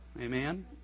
Amen